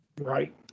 Right